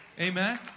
Amen